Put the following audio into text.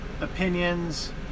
opinions